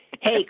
Hey